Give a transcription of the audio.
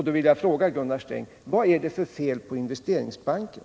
Då vill jag fråga Gunnar Sträng: Vad är det för fel på Investeringsbanken?